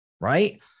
right